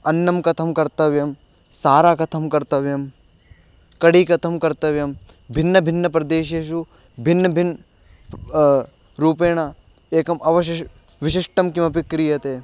अन्नं कथं कर्तव्यं सारः कथं कर्तव्यं कडी कथं कर्तव्यं भिन्नभिन्नप्रदेशेषु भिन्नभिन्नेन रूपेण एकम् अवशिष्टं विशिष्टं किमपि क्रियते